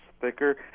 thicker